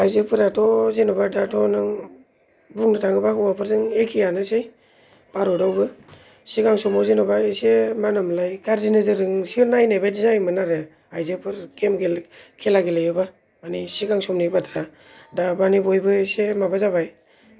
आइजोफोराथ' जेन'बा दाथ' नों बुंनो थाङोब्ला हौवाफोरजों एखे आनोसै भारतआवबो सिगां समाव जेन'बा एसे मा होनोमोनलाय गाज्रि नोजोरजोंसो नायनाय बादि जायोमोन आरो आइजोफोर गेम गेले खेला गेलेयोब्ला मानि सिगां समनि बाथ्रा दा माने बयबो एसे माबा जाबाय